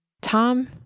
Tom